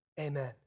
amen